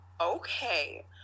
Okay